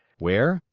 where,